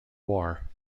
war